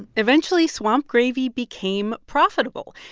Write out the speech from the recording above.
eventually, swamp gravy became profitable.